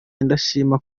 indashima